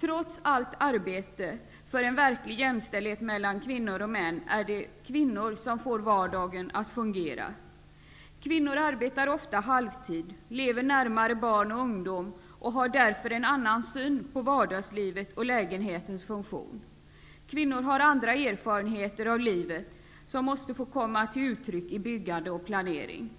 Trots allt arbete för en verklig jäm ställdhet mellan kvinnor och män är det kvinnor som får vardagen att fungera. Kvinnor arbetar ofta halvtid, lever närmare barn och ungdomar, och de har därför en annan syn på vardagslivet och lägenhetens funktion. Kvinnor har andra er farenheter av livet som måste få komma till ut tryck i byggandet och planeringen.